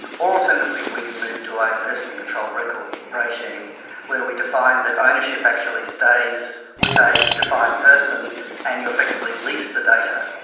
or alternatively we can move to a personally controlled record regime where we define that ownership actually stays with a defined person and you effectively lease the data.